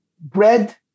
bread